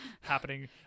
happening